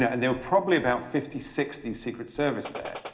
and there were probably about fifty, sixty secret service there.